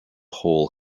hall